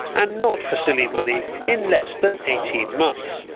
and not for silly money, in less than eighteen months.